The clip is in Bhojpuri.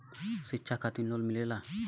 शिक्षा खातिन लोन मिलेला?